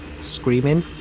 screaming